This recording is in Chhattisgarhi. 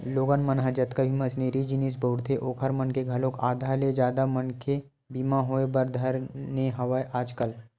लोगन मन ह जतका भी मसीनरी जिनिस बउरथे ओखर मन के घलोक आधा ले जादा मनके बीमा होय बर धर ने हवय आजकल